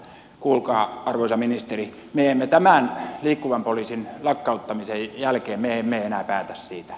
kuulkaa arvoisa ministeri tämän liikkuvan poliisin lakkauttamisen jälkeen me emme enää päätä siitä